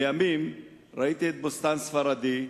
לימים ראיתי את "בוסתן ספרדי"